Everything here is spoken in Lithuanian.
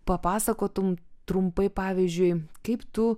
papasakotum trumpai pavyzdžiui kaip tu